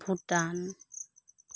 Bhutan